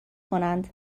کنند